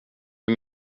hur